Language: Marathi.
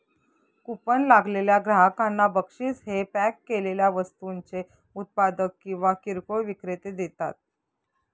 कुपन लागलेल्या ग्राहकांना बक्षीस हे पॅक केलेल्या वस्तूंचे उत्पादक किंवा किरकोळ विक्रेते देतात